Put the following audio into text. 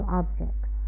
objects